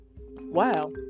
Wow